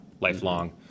lifelong